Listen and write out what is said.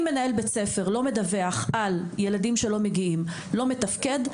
אם מנהל בית ספר לא מדווח על ילדים שלא מגיעים ולא מתפקד,